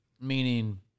meaning